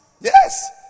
Yes